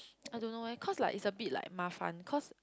I don't know eh cause like it's a bit like 麻烦:mafan cause